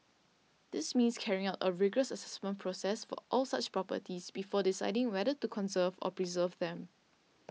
this means carrying out a rigorous assessment process for all such properties before deciding whether to conserve or preserve them